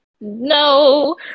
No